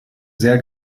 sehr